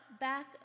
back